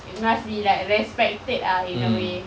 you must be like respected ah in a way